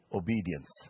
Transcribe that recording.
obedience